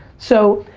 so,